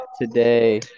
today –